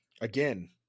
again